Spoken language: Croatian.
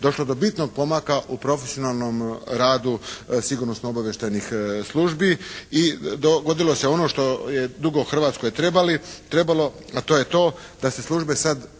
došlo do bitnog pomaka u profesionalnom radu sigurnosno-obavještajnih službi i dogodilo se ono što je dugo Hrvatskoj trebalo, a to je to da se službe sad